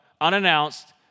unannounced